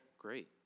Great